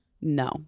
no